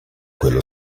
quello